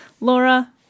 Laura